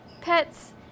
pets